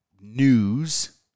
news